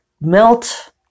melt